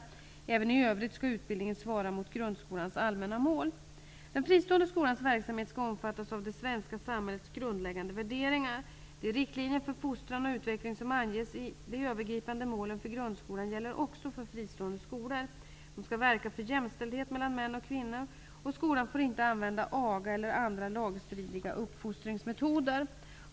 Även i övrigt skall utbildningen svara mot grundskolans allmänna mål. Den fristående skolans verksamhet skall omfattas av det svenska samhällets grundläggande värderingar. De riktlinjer för fostran och utveckling som anges i de övergripande målen för grundskolan gäller också för fristående skolor. De skall verka för jämställdhet mellan män och kvinnor, och skolan får inte använda aga eller andra lagstridiga uppfostringsmetoder.